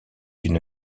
une